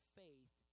faith